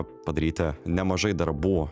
padaryti nemažai darbų